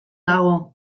dago